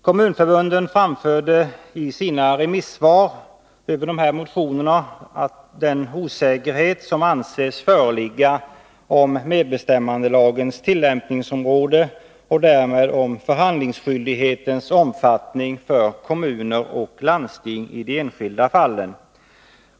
Kommunförbunden framhöll i sina remissvar över motionerna den osäkerhet som anses föreligga om medbestämmandelagens tillämpningsområde och därmed om förhandlingsskyldighetens omfattning för kommuner och landsting i de enskilda fallen.